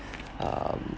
um